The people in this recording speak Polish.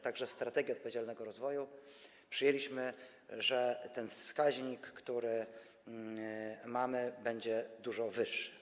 Także w strategii odpowiedzialnego rozwoju przyjęliśmy, że wskaźnik, który mamy, będzie dużo wyższy.